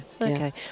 Okay